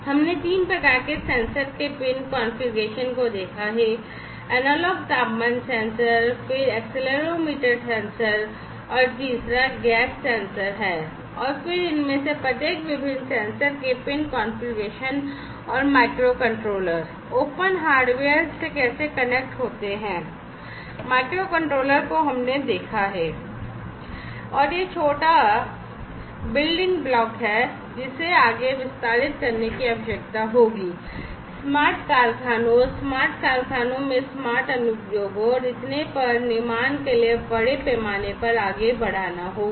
हमने 3 प्रकार के सेंसर के पिन कॉन्फ़िगरेशन ब्लॉक है जिसे आगे विस्तारित करने की आवश्यकता होगी स्मार्ट कारखानों स्मार्ट कारखानों में स्मार्ट अनुप्रयोगों और इतने पर निर्माण के लिए बड़े पैमाने पर आगे बढ़ाना होगा